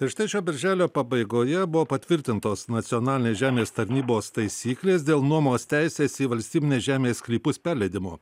ir štai šio birželio pabaigoje buvo patvirtintos nacionalinės žemės tarnybos taisyklės dėl nuomos teisės į valstybinės žemės sklypus perleidimo